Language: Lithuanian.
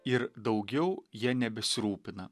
ir daugiau ja nebesirūpina